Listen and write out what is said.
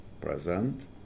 present